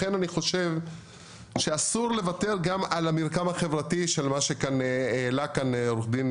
לכן אני חושב שאסור לוותר גם על המרקם החברתי של מה שהעלה כאן עורך דין